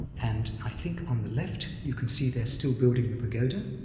and i think on the left you can see they're still building the pagoda.